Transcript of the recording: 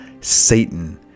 Satan